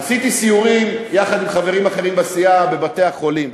עשיתי סיורים יחד עם חברים אחרים בסיעה בבתי-החולים.